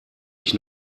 ich